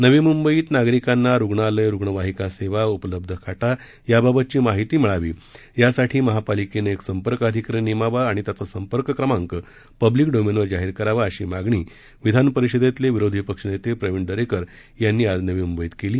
नवी मुंबईमध्ये नागरिकांना रूग्णालय रूग्णवाहिका सेवा उपलब्ध खाटा याबाबतची माहिती मिळावी यासाठी महापालिकेने एक संपर्क अधिकारी नेमावा आणि त्याचा संपर्क क्रमांक पब्लिक डोमेनवर जाहिर करावा अशी मागणी विधानपरिषदेतले विरोधी पक्षनेते प्रवीण दरेकर यांनी आज नवी मुंबईत केली